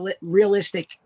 realistic